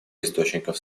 источников